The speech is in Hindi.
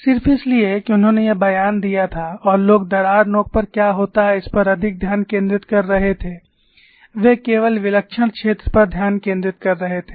सिर्फ इसलिए कि उन्होंने वह बयान दिया था और लोग दरार नोक पर क्या होता है इस पर अधिक ध्यान केंद्रित कर रहे थे वे केवल विलक्षण क्षेत्र पर ध्यान केंद्रित कर रहे थे